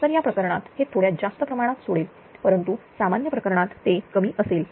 तर या प्रकरणात हे थोड्या जास्त प्रमाणात सोडेल परंतु सामान्य प्रकरणात ते कमी असेल